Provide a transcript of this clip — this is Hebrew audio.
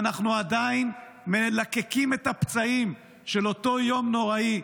ואנחנו עדיין מלקקים את הפצעים של אותו יום נוראי,